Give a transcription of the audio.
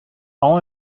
all